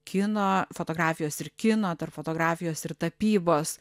kino fotografijos ir kino tarp fotografijos ir tapybos